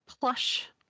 plush